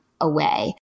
away